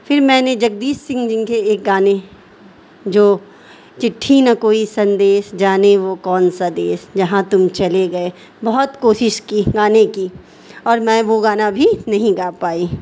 پھر میں نے جگجیت سنگھ جی کے ایک گانے جو چٹھی نہ کوئی سندیس جانے وہ کون سا دیس جہاں تم چلے گئے بہت کوشش کی گانے کی اور میں وہ گانا بھی نہیں گا پائی